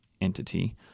entity